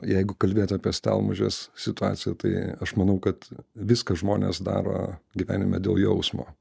jeigu kalbėt apie stalmužės situaciją tai aš manau kad viską žmonės daro gyvenime dėl jausmo